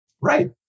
Right